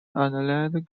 light